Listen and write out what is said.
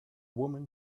woman